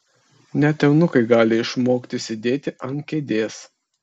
net eunuchai gali išmokti sėdėti ant kėdės